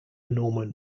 norman